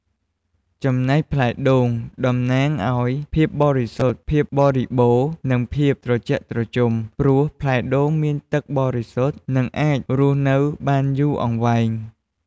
ចំណែកផ្លែដូង តំណាងឲ្យ ភាពបរិសុទ្ធ ភាពបរិបូណ៌ និងភាពត្រជាក់ត្រជុំ ព្រោះផ្លែដូងមានទឹកបរិសុទ្ធ និងអាចរស់នៅបានយូរអង្វែង។